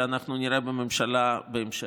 שאנחנו נראה בממשלה בהמשך.